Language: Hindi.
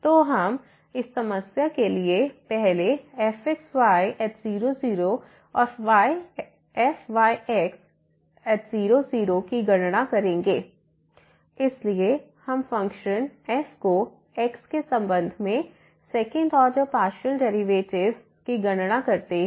तो हम इस समस्या के लिए पहले fxy00 और fyx00की गणना करेंगे fxyxy3xy2x≠ y2 0 इसलिए हम फ़ंक्शन f को x के संबंध में सेकंड ऑर्डर पार्शियल डेरिवेटिव की गणना करते हैं